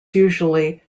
usually